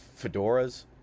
fedoras